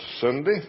Sunday